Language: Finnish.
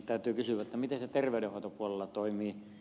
täytyy kysyä miten se terveydenhoitopuolella toimii